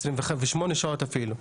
אפילו 28 שעות.